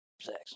Sex